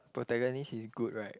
protagonist is good right